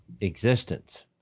existence